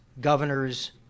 governors